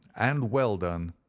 and well done.